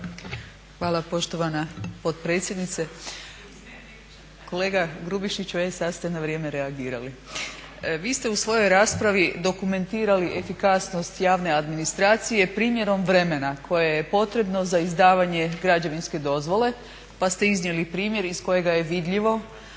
Hvala poštovana potpredsjednice. Kolega Grubišić, e sad ste na vrijeme reagirali. Vi ste u svojoj raspravi dokumentirali efikasnost javne administracije primjenom vremena koje je potrebno za izdavanje građevinske dozvole, pa ste iznijeli primjer iz kojega je vidljivo,